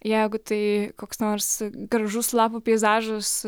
jeigu tai koks nors gražus lapų peizažas